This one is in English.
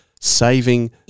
saving